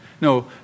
no